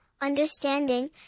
understanding